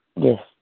Yes